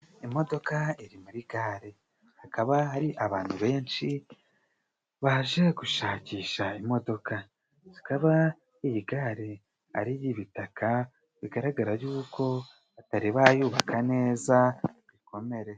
Imodoka iri muri gare hakaba hari abantu benshi baje gushakisha imodoka, zikaba iyi gare ari iy'ibitaka bigaragara y'uko bata yubaka neza ibikomere.